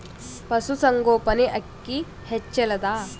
ಪಶುಸಂಗೋಪನೆ ಅಕ್ಕಿ ಹೆಚ್ಚೆಲದಾ?